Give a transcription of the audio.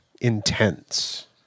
intense